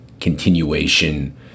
continuation